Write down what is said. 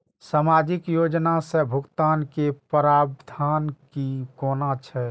सामाजिक योजना से भुगतान के प्रावधान की कोना छै?